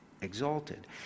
exalted